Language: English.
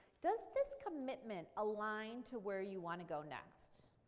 does this commitment align to where you want to go next?